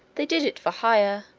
they did it for hire.